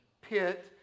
pit